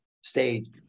stage